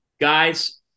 Guys